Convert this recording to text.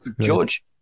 George